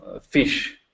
fish